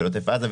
של עוטף עזה,